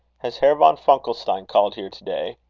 has herr von funkelstein called here to-day?